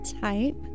type